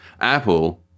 Apple